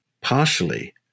partially